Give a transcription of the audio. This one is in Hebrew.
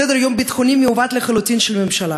סדר-יום ביטחוני מעוות לחלוטין של הממשלה: